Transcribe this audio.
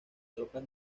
tropas